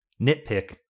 Nitpick